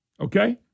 Okay